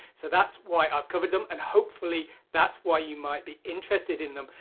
so that's why i've covered them and hopefully that's why you might be interested in them.